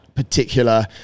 particular